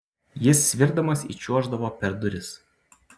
jis svirdamas įčiuoždavo per duris